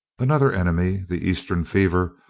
another enemy, the eastern fever,